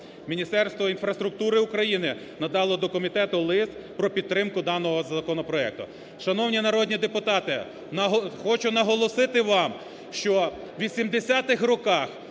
Міністерство інфраструктури України надало до комітету лист про підтримку даного законопроекту. Шановні народні депутати, хочу наголосити вам, що у 80-х роках